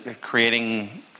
creating